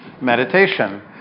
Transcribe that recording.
meditation